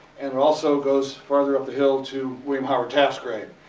and also goes further up the hill to william howard taft's grave.